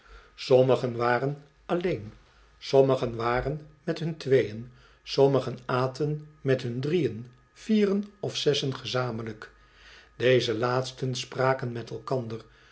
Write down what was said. sommigen waren alleen sommigen waren met hun tweeën sommigen aten met hun drieën vieren of zessen gezamenlijk deze laatsten spraken met elkander